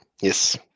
yes